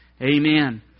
Amen